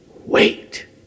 wait